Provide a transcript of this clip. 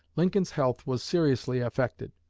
lincoln's health was seriously affected.